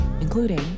including